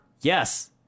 Yes